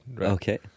Okay